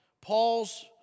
Paul's